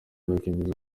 bakemeza